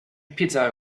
pizza